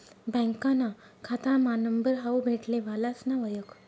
बँकाना खातामा नंबर हावू भेटले वालासना वयख